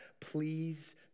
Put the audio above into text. please